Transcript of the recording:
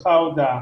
שנשלחה ההודעה?